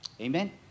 Amen